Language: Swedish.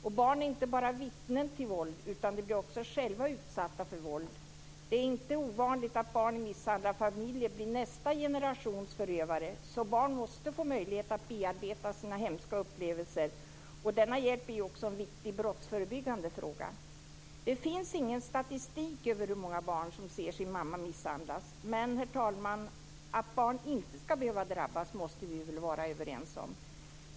Och barn är inte bara vittnen till våld, utan de blir själva utsatta för våld. Det är inte ovanligt att barn i misshandlarfamiljer blir nästa generations förövare. Barn måste alltså få möjlighet att bearbeta sina hemska upplevelser. Denna hjälp är också en viktig brottsförebyggande faktor. Det finns ingen statistik över hur många barn som ser sin mamma misshandlas. Men, herr talman, att barn inte ska behöva drabbas måste vi väl vara överens om.